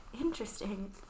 interesting